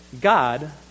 God